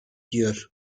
diyor